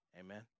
Amen